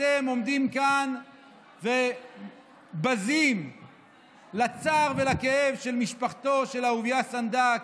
אתם עומדים כאן ובזים לצער ולכאב של משפחתו של אהוביה סנדק,